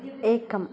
एकम्